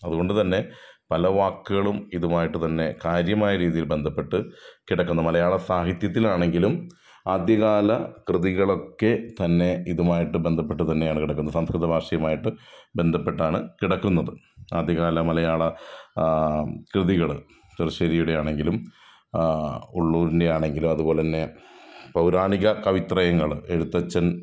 അതുകൊണ്ട് തന്നെ പല വാക്കുകളും ഇതുമായിട്ട് തന്നെ കാര്യമായ രീതിയിൽ ബന്ധപ്പെട്ട് കിടക്കുന്ന മലയാള സാഹിത്യത്തിലാണെങ്കിലും ആദ്യകാല കൃതികളൊക്കെ തന്നെ ഇതുമായിട്ട് ബന്ധപ്പെട്ട് തന്നെയാണ് കിടക്കുന്നത് സംസ്കൃത ഭാഷമായിട്ട് ബന്ധപ്പെട്ടാണ് കിടക്കുന്നത് ആദ്യ കാല മലയാള കൃതികള് ചെറുശ്ശേരിയുടെ ആണെങ്കിലും ഉള്ളൂരിൻ്റെ ആണെങ്കിലും അതുപോലെ തന്നെ പൗരാണിക കവിത്രയങ്ങള് എഴുത്തച്ഛൻ